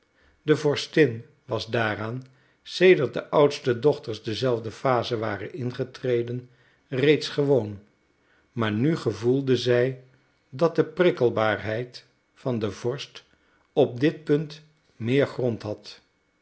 de vorstin was daaraan sedert de oudste dochters dezelfde phase waren ingetreden reeds gewoon maar nu gevoelde zij dat de prikkelbaarheid van de vorst op dit punt meer grond had